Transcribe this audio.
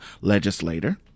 legislator